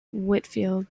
whitfield